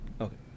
Okay